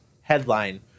headline